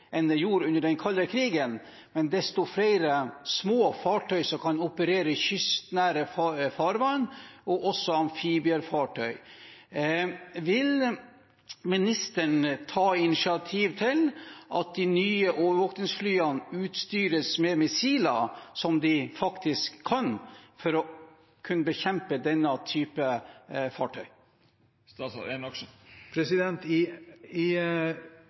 gjorde under den kalde krigen, men desto flere små fartøy som kan operere i kystnære farvann, og også amfibiefartø – vil ministeren ta initiativ til at de nye overvåkningsflyene utstyres med missiler, som de faktisk kan, for å kunne bekjempe denne type fartøy?